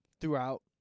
throughout